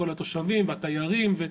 כל התושבים והתיירים.